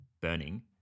burning